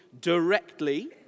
directly